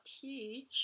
teach